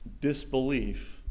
disbelief